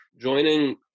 joining